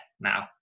now